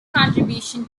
contribution